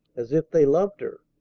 as if they loved her!